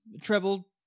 Treble